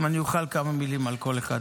אם אני אוכל, כמה מילים על כל אחד.